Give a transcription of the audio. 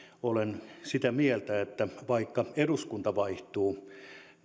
olen sitä mieltä että vaikka eduskunta vaihtuu